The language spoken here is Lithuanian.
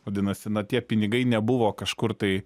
vadinasi na tie pinigai nebuvo kažkur tai